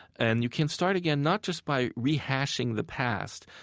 and you can start again not just by rehashing the past,